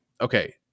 okay